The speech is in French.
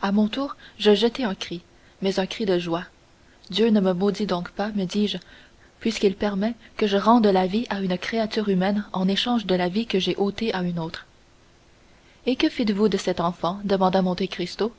à mon tour je jetai un cri mais un cri de joie dieu ne me maudit donc pas me dis-je puisqu'il permet que je rende la vie à une créature humaine en échange de la vie que j'ai ôtée à une autre et que fîtes-vous donc de cet enfant demanda monte cristo